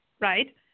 right